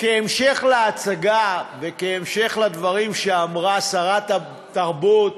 כהמשך להצגה, וכהמשך לדברים שאמרה שרת התרבות